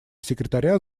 секретаря